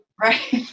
right